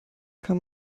kann